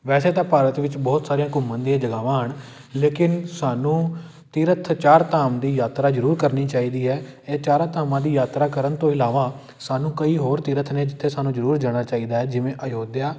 ਵੈਸੇ ਤਾਂ ਭਾਰਤ ਵਿੱਚ ਬਹੁਤ ਸਾਰੀਆਂ ਘੁੰਮਣ ਦੀਆਂ ਜਗ੍ਹਾਵਾਂ ਹਨ ਲੇਕਿਨ ਸਾਨੂੰ ਤੀਰਥ ਚਾਰ ਧਾਮ ਦੀ ਯਾਤਰਾ ਜ਼ਰੂਰ ਕਰਨੀ ਚਾਹੀਦੀ ਹੈ ਇਹ ਚਾਰਾ ਧਾਮਾਂ ਦੀ ਯਾਤਰਾ ਕਰਨ ਤੋਂ ਇਲਾਵਾ ਸਾਨੂੰ ਕਈ ਹੋਰ ਤੀਰਥ ਨੇ ਜਿੱਥੇ ਸਾਨੂੰ ਜ਼ਰੂਰ ਜਾਣਾ ਚਾਹੀਦਾ ਜਿਵੇਂ ਆਯੋਧਿਆ